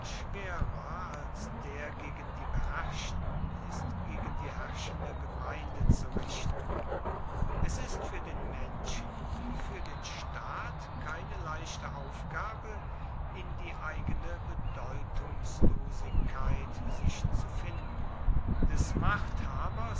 schwerer als der gegen die beherrschten ist gegen die herrschende gemeinde zu richten es ist für den menschen wie für den staat keine leichte aufgabe in die eigene bedeutungslosigkeit sich zu finden des machthabers